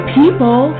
people